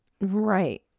right